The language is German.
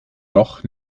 doch